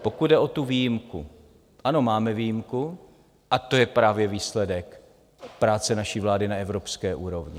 Pokud jde o tu výjimku, ano, máme výjimku, a to je právě výsledek práce naší vlády na evropské úrovni.